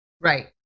Right